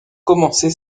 commencé